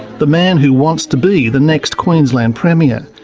the man who wants to be the next queensland premier.